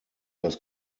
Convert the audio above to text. das